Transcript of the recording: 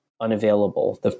unavailable